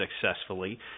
successfully